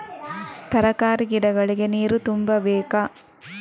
ತರಕಾರಿ ಗಿಡಗಳಿಗೆ ನೀರು ತುಂಬಬೇಕಾ?